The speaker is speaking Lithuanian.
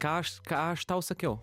ką aš ką aš tau sakiau